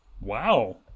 Wow